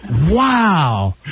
Wow